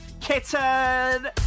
kitten